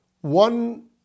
one